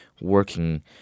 working